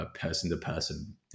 person-to-person